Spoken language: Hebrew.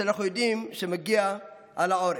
שאנחנו יודעים שיגיעו על העורף.